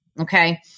Okay